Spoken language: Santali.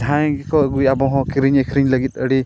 ᱡᱟᱦᱟᱸᱭ ᱜᱮᱠᱚ ᱟᱹᱜᱩᱭᱟ ᱟᱵᱚᱦᱚᱸ ᱠᱤᱨᱤᱧ ᱟᱹᱠᱷᱨᱤᱧ ᱞᱟᱹᱜᱤᱫ ᱟᱹᱰᱤ